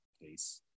case